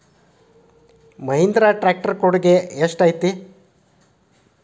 Mahindra tractor ಕೊಡುಗೆ ಎಷ್ಟು ಐತಿ?